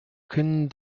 können